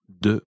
de